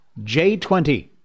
J20